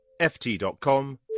ft.com